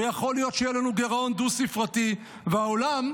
ויכול להיות שיהיה לנו גירעון דו-ספרתי, והעולם,